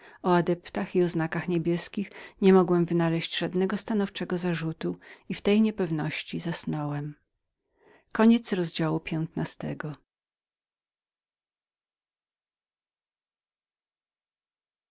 o adeptach i o znakach niebieskich nie mogłem wynaleźć żadnego stanowczego zarzutu i w tej niepewności zasnąłem